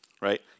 right